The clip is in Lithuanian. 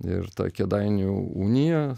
ir tą kėdainių uniją